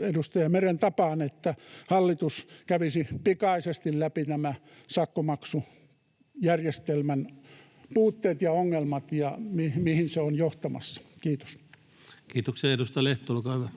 edustaja Meren tapaan, että hallitus kävisi pikaisesti läpi nämä sakkomaksujärjestelmän puutteet ja ongelmat ja sen, mihin se on johtamassa. — Kiitos. [Speech 105] Speaker: